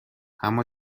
اما